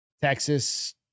Texas